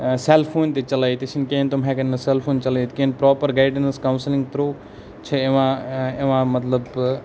sell phone تہِ چَلٲیِتھ تہِ چھِنہٕ کینٛہہ تِم ہٮ۪کَن نہٕ سٮ۪ل فون چَلٲیِتھ کینٛہہ پرٛوپَر گایڈَنس کَوسلِنٛگ تھرٛوٗ چھِ یِوان یِوان مطلب